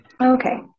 Okay